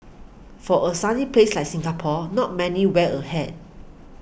for a sunny place like Singapore not many wear a hat